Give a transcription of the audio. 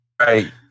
Right